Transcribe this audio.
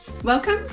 welcome